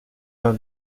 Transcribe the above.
pas